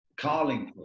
Carlingford